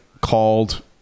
called